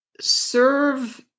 serve